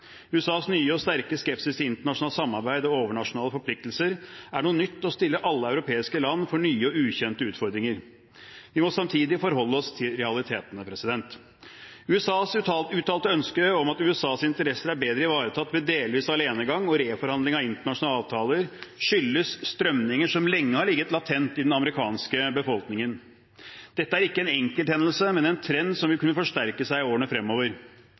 USAs nye og sterke skepsis til internasjonalt samarbeid og overnasjonale forpliktelser er noe nytt og stiller alle europeiske land overfor nye og ukjente utfordringer. Vi må samtidig forholde oss til realitetene. USAs uttalte ønske om at USAs interesser er bedre ivaretatt ved delvis alenegang og reforhandling av internasjonale avtaler, skyldes strømninger som lenge har ligget latent i den amerikanske befolkningen. Dette er ikke en enkelthendelse, men en trend som vil kunne forsterke seg i årene fremover.